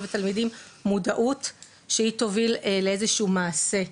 התלמידים מודעות שהיא תוביל לאיזה שהוא מעשה,